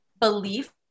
belief